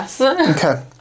Okay